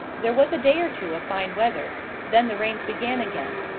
there was a day or two of fine weather then the rains began again.